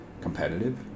competitive